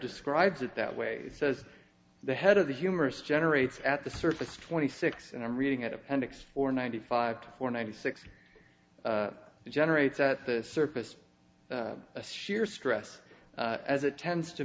describes it that way it says the head of the humerus generates at the surface twenty six and i'm reading at appendix four ninety five to four ninety six generates at the surface a shear stress as it tends to